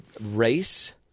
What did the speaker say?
race